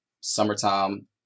summertime